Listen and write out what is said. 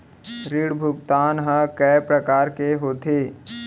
ऋण भुगतान ह कय प्रकार के होथे?